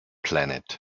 planet